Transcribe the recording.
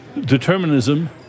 determinism